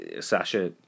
Sasha